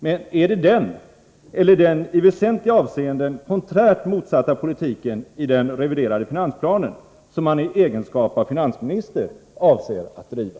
Men är det den politiken, eller den i väsentliga avseenden diametralt motsatta politiken i den reviderade finansplanen, som han i egenskap av finansminister avser att driva?